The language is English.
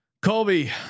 Colby